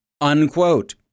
Unquote